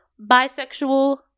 bisexual